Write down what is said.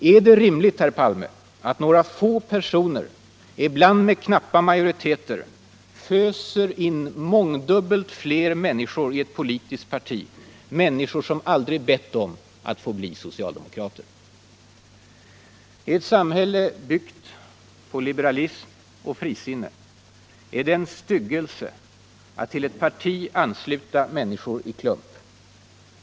Är det rimligt, herr Palme, att några få personer, ibland med knappa majoriteter, föser in mångdubbelt fler människor i ett politiskt parti, människor som aldrig bett att få bli socialdemokrater? I ett samhälle byggt på liberalism och frisinne är det en styggelse att till ett parti ansluta människor i klump.